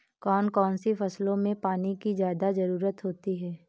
कौन कौन सी फसलों में पानी की ज्यादा ज़रुरत होती है?